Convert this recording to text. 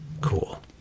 cool